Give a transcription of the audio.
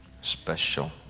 special